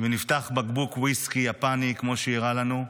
ונפתח בקבוק ויסקי יפני, כמו שהוא הראה לנו,